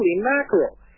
mackerel